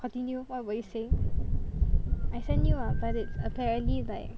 continue what were you saying I send you ah but apparently it's like